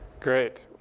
great.